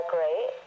Great